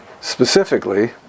specifically